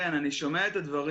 כן, אני שומע את הדברים.